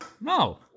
No